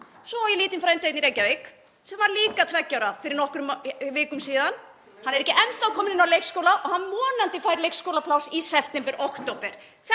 Svo á ég lítinn frænda í Reykjavík sem varð líka tveggja ára fyrir nokkrum vikum síðan. Hann er ekki enn þá kominn inn á leikskóla og hann vonandi fær leikskólapláss í september/október.